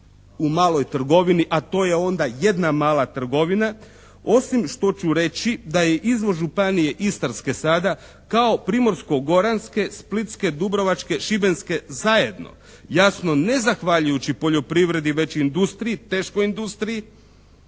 u maloj trgovini a to je onda jedna mala trgovina, osim što ću reći da je izvoz Županije istarske sada kao Primorsko-goranske, Splitske, Dubrovačke, Šibenske zajedno. Jasno ne zahvaljujući poljoprivredi već industriji, teškoj industriji